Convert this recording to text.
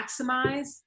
maximize